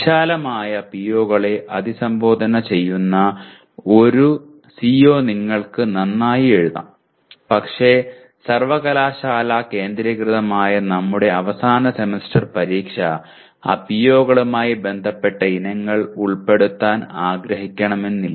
വിശാലമായ PO കളെ അഭിസംബോധന ചെയ്യുന്ന ഒരു CO നിങ്ങൾക്ക് നന്നായി എഴുതാം പക്ഷേ സർവകലാശാല കേന്ദ്രീകൃതമായ നമ്മുടെ അവസാന സെമസ്റ്റർ പരീക്ഷ ആ PO കളുമായി ബന്ധപ്പെട്ട ഇനങ്ങൾ ഉൾപ്പെടുത്താൻ ആഗ്രഹിക്കണമെന്നില്ല